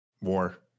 War